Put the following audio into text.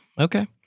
okay